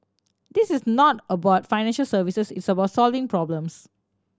this is not about financial services it's about solving problems